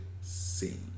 sing